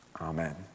Amen